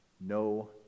no